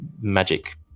magic